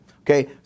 okay